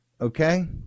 Okay